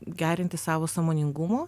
gerinti savo sąmoningumo